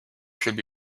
should